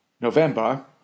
November